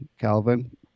Calvin